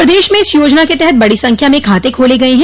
प्रदेश में इस योजना के तहत बड़ी संख्या में खाते खोले गए हैं